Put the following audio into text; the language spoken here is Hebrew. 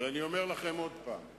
אבל אני אומר לכם עוד פעם: